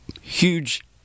huge